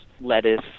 lettuce